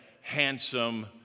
handsome